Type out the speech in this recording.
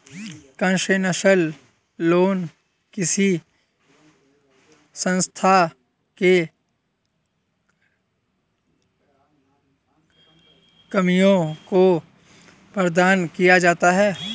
concessional loan किसी संस्था के कर्मियों को प्रदान किया जाता है